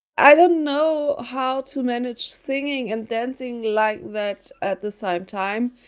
i don't know how to manage singing and dancing like that at the same time.